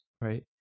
right